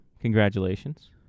Congratulations